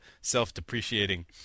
self-depreciating